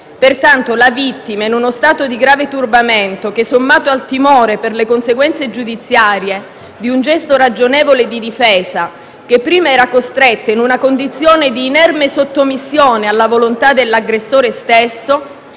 Pertanto la vittima, in uno stato di grave turbamento che, sommato al timore per le conseguenze giudiziarie di un gesto ragionevole di difesa, prima la costringeva in una condizione di inerme sottomissione alla volontà dell'aggressore stesso,